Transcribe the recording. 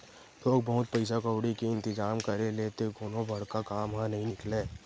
थोक बहुत पइसा कउड़ी के इंतिजाम करे ले तो कोनो बड़का काम ह नइ निकलय